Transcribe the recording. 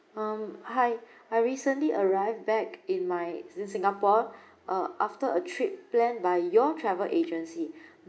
um hi I recently arrived back in my in singapore uh after a trip plan by your travel agency